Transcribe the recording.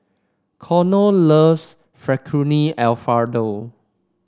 Connor loves Fettuccine Alfredo